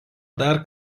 dar